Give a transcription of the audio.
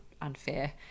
unfair